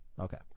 Okay